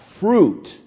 fruit